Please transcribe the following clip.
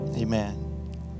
amen